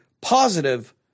positive